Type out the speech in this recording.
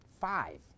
Five